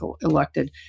elected